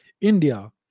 India